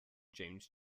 james